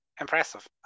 impressive